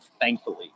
thankfully